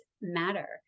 matter